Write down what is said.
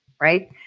right